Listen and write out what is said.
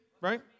right